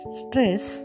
stress